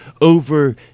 over